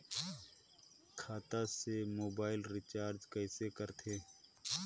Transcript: खाता से mobile recharge कइसे करथे